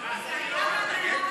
אז אני לא מבין.